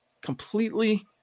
completely